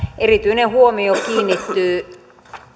erityinen huomio kiinnittyy